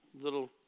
little